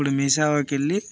ఇప్పుడు మీ సేవకెళ్ళి